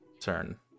turn